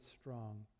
strong